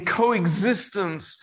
coexistence